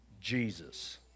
Jesus